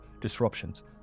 disruptions